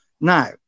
Now